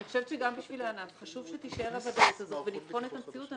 אני חושבת שגם בשביל הענף חשוב שתישאר הוודאות הזאת ולבחון את המציאות.